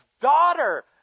daughter